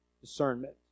discernment